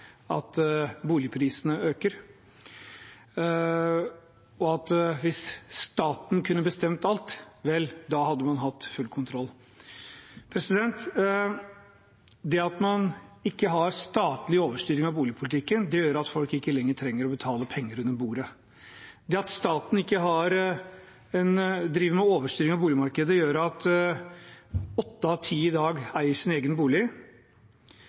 at boligprisene øker, og at hvis staten kunne bestemt alt, hadde man hatt full kontroll. Det at man ikke har statlig overstyring av boligpolitikken, gjør at folk ikke lenger trenger å betale penger under bordet. Det at staten ikke driver med overstyring av boligmarkedet, gjør at åtte av ti i dag eier sin egen bolig,